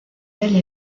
ailes